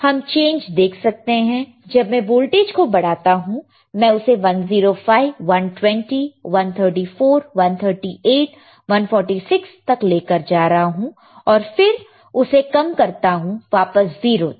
हम चेंज देख सकते हैं जब मैं वोल्टेज को बढ़ाता हूं मैं उसे 105 120 134 138 146 तक ले कर जा रहा हूं और फिर उसे कम करता हूं वापस 0 तक